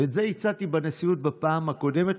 ואת זה הצעתי בנשיאות בפעם הקודמת,